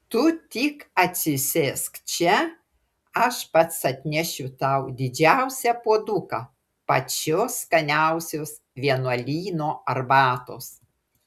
tu tik atsisėsk čia aš pats atnešiu tau didžiausią puoduką pačios skaniausios vienuolyno arbatos